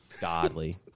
Godly